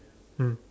mm